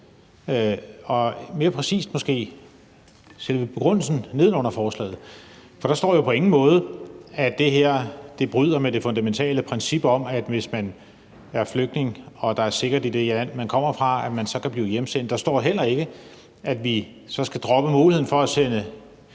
mere præcist selve begrundelsen neden under forslaget. For der står jo på ingen måde, at der skal brydes med det fundamentale princip om, at man, hvis man er flygtning og der er sikkert i det land, man kommer fra, så kan blive hjemsendt. Der står heller ikke, at vi så skal droppe muligheden for at sende